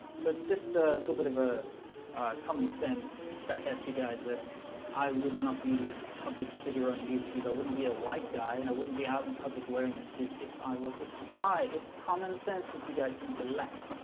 so it's just a little bit of a common sense back at you guys that i would not be this public figure on um youtube i wouldn't be a white guy and i wouldn't be out in public wearing a suit if i was a spy. it's common sense which you guys seem to lack?